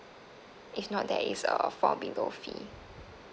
if not there is a fall below fee